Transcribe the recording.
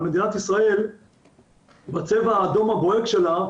מדינת ישראל בצבע האדום הבוהק שלה,